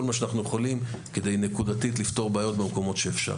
מה שאנחנו יכולים כדי לפתור נקודתית במקומות שאפשר.